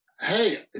Hey